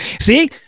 See